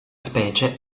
specie